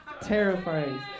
terrifying